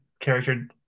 Character